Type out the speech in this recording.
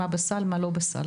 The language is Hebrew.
מה בסל ומה לא בסל.